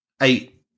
eight